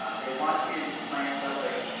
um they want you to plan something